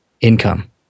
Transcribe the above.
income